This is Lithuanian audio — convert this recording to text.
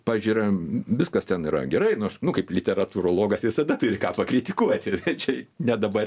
pavyzdžiui yra viskas ten yra gerai na aš nu kaip literatūrologas visada turi ką pakritikuoti čia ne dabar